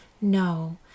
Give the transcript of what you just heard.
no